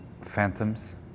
phantoms